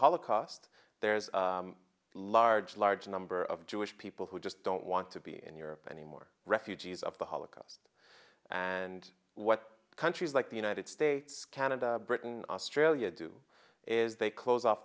holocaust there's a large large number of jewish people who just don't want to be in europe any more refugees of the holocaust and what countries like the united states canada britain australia do is they close off